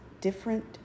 different